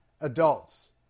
Adults